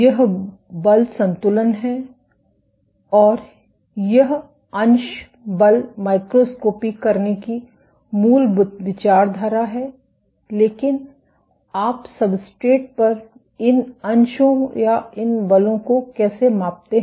यह बल संतुलन है और यह अंश बल माइक्रोस्कोपी करने की मूल विचारधारा है लेकिन आप सब्सट्रेट पर इन अंशों या इन बलों को कैसे मापते हैं